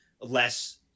less